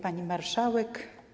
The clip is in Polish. Pani Marszałek!